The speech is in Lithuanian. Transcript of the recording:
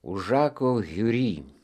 už žako hiuri